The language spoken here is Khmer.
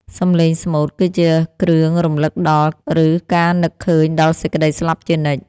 សំឡេងស្មូតគឺជាគ្រឿងរំលឹកដល់ ឬការនឹកឃើញដល់សេចក្ដីស្លាប់ជានិច្ច។